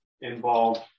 involved